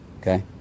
Okay